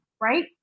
right